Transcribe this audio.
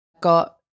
got